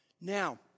Now